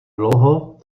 dlouho